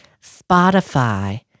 Spotify